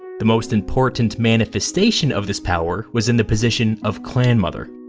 the most important manifestation of this power was in the position of clan mother.